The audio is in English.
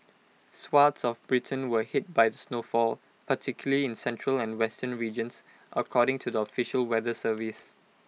swathes of Britain were hit by the snowfall particularly in central and western regions according to the official weather service